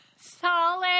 solid